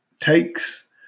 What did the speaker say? Takes